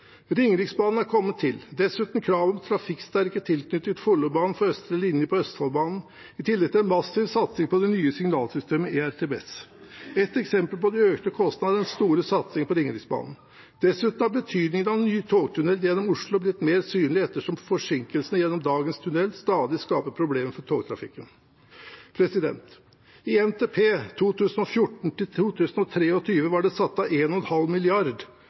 Ringeriksbanen er kommet til, dessuten kravet om trafikksterke strekninger tilknyttet Follobanen for østre linje på Østfoldbanen – i tillegg til massiv satsing på det nye signalsystemet ERTMS. Et eksempel på de økte kostnadene er den store satsingen på Ringeriksbanen. Dessuten har betydningen av ny togtunnel gjennom Oslo blitt mer synlig ettersom forsinkelsene gjennom dagens tunnel stadig skaper problemer for togtrafikken. I NTP 2014–2023 var det satt av 1,5 mrd. kr til Ringeriksbanen, til planlegging og